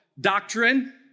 doctrine